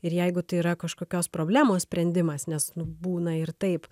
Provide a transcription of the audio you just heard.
ir jeigu tai yra kažkokios problemos sprendimas nes nu būna ir taip